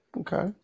Okay